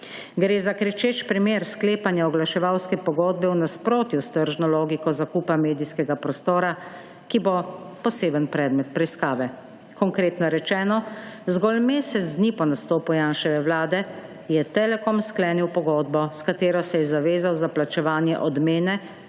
Gre za kričeč primer sklepanja oglaševalske pogodbe v nasprotju s tržno logiko zakupa medijskega prostora, ki bo poseben predmet preiskave. Konkretno rečeno, zgolj mesec dni po nastopu Janševe vlade je Telekom sklenil pogodbo, s katero se je zavezal za plačevanje domene